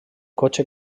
cotxe